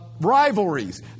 rivalries